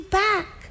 back